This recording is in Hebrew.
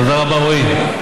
תודה רבה, רועי.